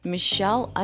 Michelle